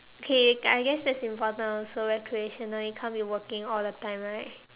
okay I guess that's important also recreational you can't be working all the time right